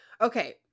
okay